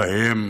שחייהם